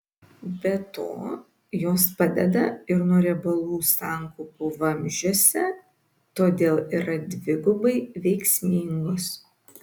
be to jos padeda ir nuo riebalų sankaupų vamzdžiuose todėl yra dvigubai veiksmingos